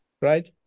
right